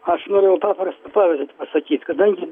aš norėjau paprastą pavyzdį pasakyt kadangi